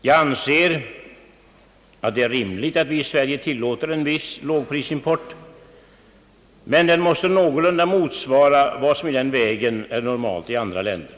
Jag anser att det är rimligt att vi i Sverige tillåter en viss lågprisimport, men den måste någorlunda motsvara vad som i denna väg är normalt i andra länder.